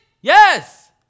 Yes